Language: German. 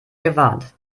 gewarnt